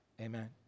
amen